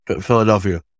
Philadelphia